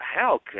Hell